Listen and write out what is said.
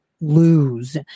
lose